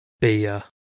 beer